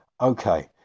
Okay